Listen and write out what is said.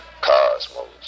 cosmos